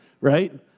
right